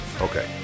Okay